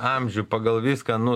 amžių pagal viską nu